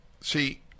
See